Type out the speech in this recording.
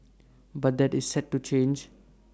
but that is set to change